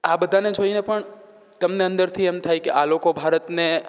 આ બધાંને જોઈને પણ તમને અંદરથી એમ થાય કે આ લોકો ભારતને